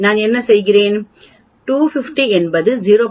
நான் என்ன செய்கிறேன் 250 என்பது 0